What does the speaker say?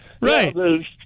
Right